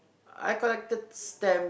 I collected stamps